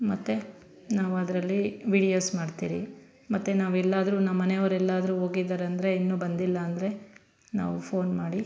ಮತ್ತು ನಾವು ಅದರಲ್ಲಿ ವಿಡಿಯೋಸ್ ಮಾಡ್ತೀರಿ ಮತ್ತು ನಾವೆಲ್ಲಾದ್ರೂ ನಮ್ಮನೆಯವ್ರೆಲ್ಲಾದ್ರೂ ಹೋಗಿದ್ದಾರಂದ್ರೆ ಇನ್ನೂ ಬಂದಿಲ್ಲಾಂದರೆ ನಾವು ಫೋನ್ ಮಾಡಿ